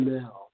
now